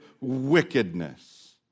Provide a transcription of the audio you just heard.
wickedness